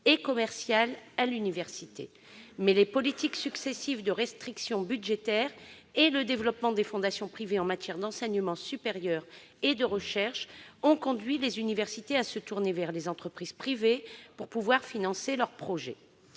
et commerciale à l'université. Les politiques successives de restrictions budgétaires et le développement des fondations privées en matière d'enseignement supérieur et de recherche ont conduit les universités à se tourner vers les entreprises privées pour financer leurs projets.